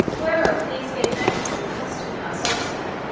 whereof these gave notice to a custom-house officer,